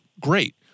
great